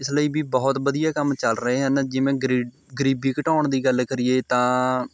ਇਸ ਲਈ ਵੀ ਬਹੁਤ ਵਧੀਆ ਕੰਮ ਚੱਲ ਰਹੇ ਹਨ ਜਿਵੇਂ ਗਰੀਡ ਗਰੀਬੀ ਘਟਾਉਣ ਦੀ ਗੱਲ ਕਰੀਏ ਤਾਂ